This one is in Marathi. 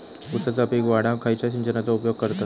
ऊसाचा पीक वाढाक खयच्या सिंचनाचो उपयोग करतत?